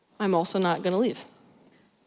i'm also not gonna leave.